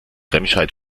remscheid